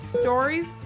stories